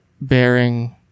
bearing